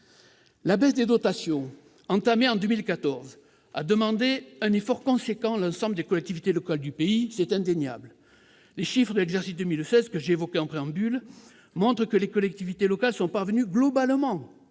La baisse des dotations entamée en 2014 a demandé un effort important à l'ensemble des collectivités locales du pays, c'est indéniable. Les chiffres de l'exercice 2016 que j'évoquais en préambule montrent que les collectivités locales sont parvenues globalement